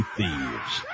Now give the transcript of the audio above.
thieves